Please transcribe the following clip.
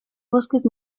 bosques